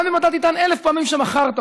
גם אם אתה תטען אלף פעמים שמכרת אותו,